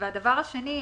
והדבר השני,